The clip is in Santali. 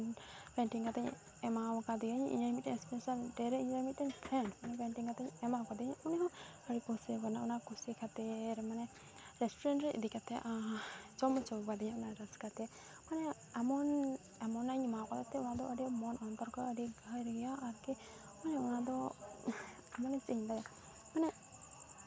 ᱯᱮᱱ ᱯᱮᱱᱴᱤᱝ ᱠᱟᱛᱮᱫ ᱤᱧ ᱮᱢᱟᱣ ᱠᱟᱫᱮᱭᱟᱹᱧ ᱤᱧ ᱦᱩᱧ ᱢᱤᱫᱴᱮᱱ ᱮᱥᱯᱮᱥᱟᱞ ᱰᱮᱹ ᱨᱮ ᱤᱧ ᱨᱮᱱ ᱢᱤᱫᱴᱮᱱ ᱯᱷᱨᱮᱱᱰ ᱩᱱᱤ ᱯᱮᱱᱴᱤᱝ ᱠᱟᱛᱮᱫ ᱤᱧ ᱮᱢᱟᱣ ᱠᱟᱫᱮᱭᱟ ᱩᱱᱤ ᱦᱚᱸ ᱟᱹᱰᱤᱭ ᱠᱩᱥᱤᱣᱟᱠᱟᱱᱟ ᱚᱱᱟ ᱠᱩᱥᱤ ᱠᱷᱟᱹᱛᱤᱨ ᱢᱟᱱᱮ ᱨᱮᱥᱴᱩᱨᱮᱱᱴ ᱨᱮ ᱤᱫᱤ ᱠᱟᱛᱮᱫ ᱡᱚᱢ ᱦᱚᱪᱚ ᱠᱟᱫᱤᱧᱟᱭ ᱚᱱᱟ ᱨᱟᱹᱥᱠᱟᱹ ᱛᱮ ᱢᱟᱱᱮ ᱮᱢᱚᱱ ᱮᱢᱚᱱᱟᱜ ᱤᱧ ᱮᱢᱟᱣ ᱠᱟᱫᱟ ᱮᱱᱛᱮᱫ ᱚᱱᱟ ᱫᱚ ᱟᱹᱰᱤ ᱢᱚᱱ ᱚᱱᱛᱚᱨ ᱠᱷᱚᱡ ᱚᱱᱟ ᱫᱚ ᱟᱹᱰᱤ ᱜᱟᱹᱦᱤᱨ ᱜᱮᱭᱟ ᱟᱨᱠᱤ ᱢᱟᱱᱮ ᱚᱱᱟ ᱫᱚ ᱢᱟᱱᱮ ᱪᱮᱫ ᱤᱧ ᱞᱟᱹᱭᱟ ᱢᱟᱱᱮ